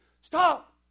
Stop